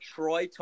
Troy